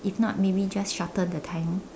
if not maybe just shorten the time